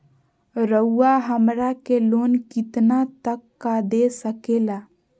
रउरा हमरा के लोन कितना तक का दे सकेला?